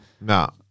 No